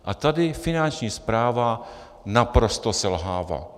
A tady Finanční správa naprosto selhává.